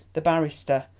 the barrister,